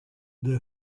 the